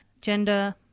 gender